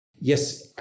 Yes